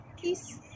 Peace